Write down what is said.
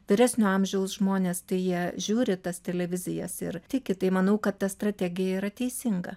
vyresnio amžiaus žmonės tai jie žiūri tas televizijas ir tiki tai manau kad ta strategija yra teisinga